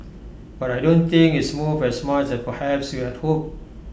but I don't think it's moved as much as perhaps we had hoped